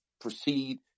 proceed